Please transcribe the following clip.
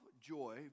joy